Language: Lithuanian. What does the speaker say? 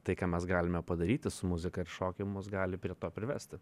tai ką mes galime padaryti su muzika ir šokiu mus gali prie to privesti